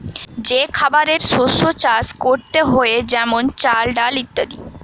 যে খাবারের শস্য চাষ করতে হয়ে যেমন চাল, ডাল ইত্যাদি